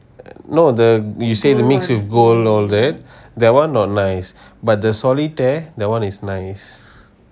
no the you say mixed with gold all that that one not nice but the solitaire that one is nice